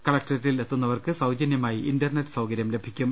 കല ക്ടറേറ്റിൽ എത്തുന്നവർക്ക് സൌജനൃമായി ഇന്റർനെറ്റ് സൌകരൃം ലഭിക്കും